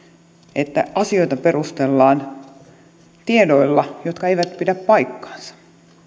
että asioita perustellaan tiedoilla jotka eivät pidä paikkaansa